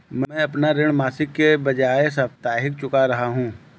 मैं अपना ऋण मासिक के बजाय साप्ताहिक चुका रहा हूँ